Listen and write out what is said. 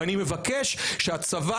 ואני מבקש שהצבא,